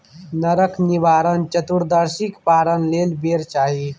नरक निवारण चतुदर्शीक पारण लेल बेर चाही